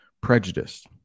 prejudice